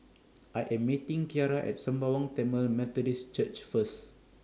I Am meeting Kiarra At Sembawang Tamil Methodist Church First